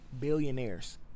billionaires